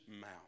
mouth